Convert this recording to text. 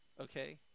Okay